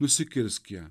nusikirsk ją